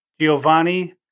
Giovanni